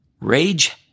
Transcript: Rage